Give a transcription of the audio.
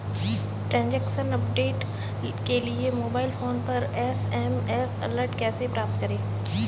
Transaction update के लिए mobile phone पर एस.एम.एस अलर्ट कैसे प्राप्त करें?